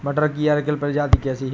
मटर की अर्किल प्रजाति कैसी है?